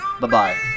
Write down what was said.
Bye-bye